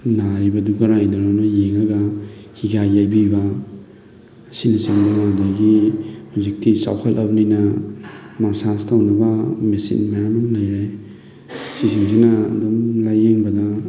ꯅꯥꯔꯤꯕꯗꯨ ꯀꯔꯥꯏꯗꯅꯣꯅ ꯌꯦꯡꯉꯒ ꯍꯤꯒꯥꯏ ꯌꯩꯕꯤꯕ ꯑꯁꯤꯅꯆꯤꯡꯕ ꯑꯗꯒꯤ ꯍꯧꯖꯤꯛꯇꯤ ꯆꯥꯎꯈꯠꯂꯕꯅꯤꯅ ꯃꯁꯥꯁ ꯇꯧꯅꯕ ꯃꯦꯆꯤꯟ ꯃꯌꯥꯝ ꯑꯃ ꯂꯩꯔꯦ ꯁꯤꯁꯤꯡꯁꯤꯅ ꯑꯗꯨꯝ ꯂꯥꯏꯌꯦꯡꯕꯗ